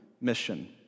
mission